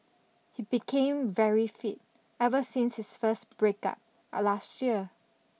he became very fit ever since his first break up a last year